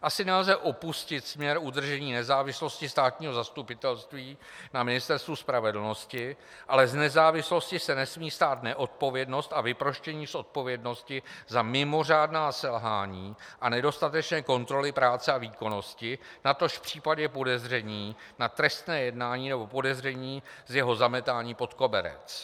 Asi nelze opustit směr udržení nezávislosti státního zastupitelství na Ministerstvu spravedlnosti, ale z nezávislosti se nesmí stát neodpovědnost a vyproštění z odpovědnosti za mimořádná selhání a nedostatečné kontroly práce a výkonnosti, natož v případě podezření na trestné jednání nebo podezření z jeho zametání pod koberec.